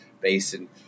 Basin